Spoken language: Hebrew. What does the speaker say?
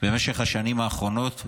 במשך השנים האחרונות,